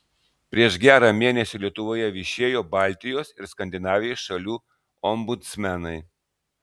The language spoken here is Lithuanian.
prieš gerą mėnesį lietuvoje viešėjo baltijos ir skandinavijos šalių ombudsmenai